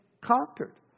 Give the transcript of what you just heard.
conquered